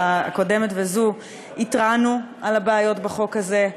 הקודמת וזו, התרענו על הבעיות בחוק הזה,